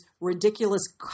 ridiculous